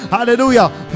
Hallelujah